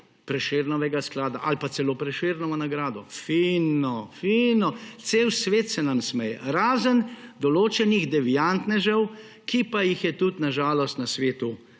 Prešernovega sklada ali pa celo Prešernovo nagrado! Fino, fino. Cel svet se nam smeji, razen določenih deviantnežev, ki pa jih je tudi na žalost na svetu